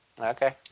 Okay